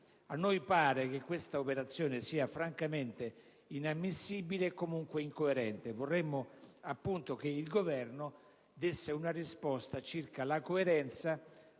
A noi pare che l'operazione sia francamente inammissibile e comunque incoerente. Vorremmo che il Governo desse una risposta circa la coerenza